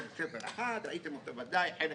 ספר אחד, ראיתם אותו ודאי, חלק